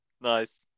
Nice